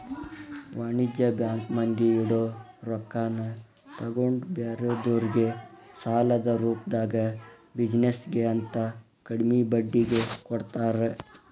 ವಾಣಿಜ್ಯ ಬ್ಯಾಂಕ್ ಮಂದಿ ಇಡೊ ರೊಕ್ಕಾನ ತಗೊಂಡ್ ಬ್ಯಾರೆದೊರ್ಗೆ ಸಾಲದ ರೂಪ್ದಾಗ ಬಿಜಿನೆಸ್ ಗೆ ಅಂತ ಕಡ್ಮಿ ಬಡ್ಡಿಗೆ ಕೊಡ್ತಾರ